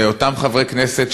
אותם חברי כנסת,